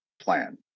plan